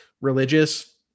religious